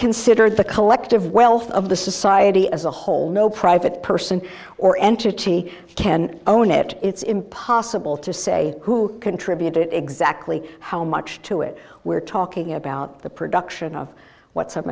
considered the collective wealth of the society as a whole no private person or entity can own it it's impossible to say who contributed exactly how much to it we're talking about the production of what some